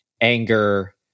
anger